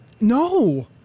No